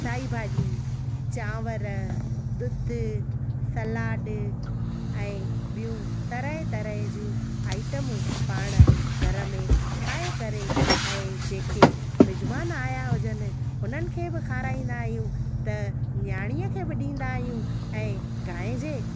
साई भाॼी चांवर ॾुध सलाद ऐं ॿियूं तरह तरह जूं आइटमूं पाण घर में ठाहे करे ऐं जेके मिझमान आया हुजनि उन्हनि खे बि खाराईंदा आहियूं त न्याणीअ खे ब ॾींदा हिआयूं ऐं गांइ जे